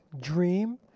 dream